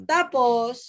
Tapos